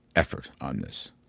effort on this.